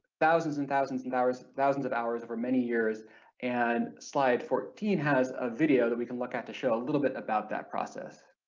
thousands and thousands of and hours, thousands of hours over many years and slide fourteen has a video that we can look at to show a little bit about that process.